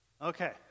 Okay